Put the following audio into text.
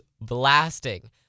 blasting